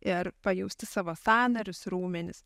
ir pajausti savo sąnarius raumenis